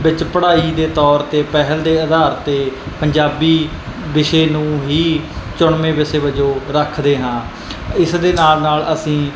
ਵਿੱਚ ਪੜ੍ਹਾਈ ਦੇ ਤੌਰ 'ਤੇ ਪਹਿਲ ਦੇ ਆਧਾਰ 'ਤੇ ਪੰਜਾਬੀ ਵਿਸ਼ੇ ਨੂੰ ਹੀ ਚੁਣਵੇਂ ਵਿਸ਼ੇ ਵਜੋਂ ਰੱਖਦੇ ਹਾਂ ਇਸ ਦੇ ਨਾਲ ਨਾਲ ਅਸੀਂ